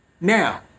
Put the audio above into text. Now